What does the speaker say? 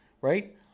right